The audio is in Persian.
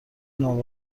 نابغه